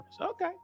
Okay